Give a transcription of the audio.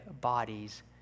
bodies